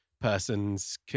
person's